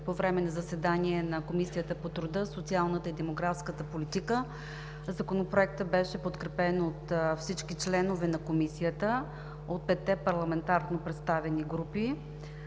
по време на заседанието на Комисията по труда, социалната и демографската политика Законопроектът беше подкрепен от всички членове на Комисията от петте парламентарно представени групи.